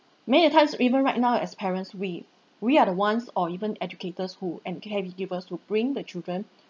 many a times even right now as parents we we are the ones or even educators who and caregivers who bring the children